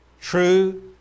true